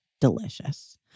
Delicious